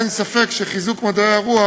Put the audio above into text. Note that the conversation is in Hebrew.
אין ספק שחיזוק מדעי הרוח